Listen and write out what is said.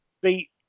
beat